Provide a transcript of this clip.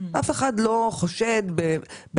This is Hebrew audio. אף אחד לא חושד בעסקים,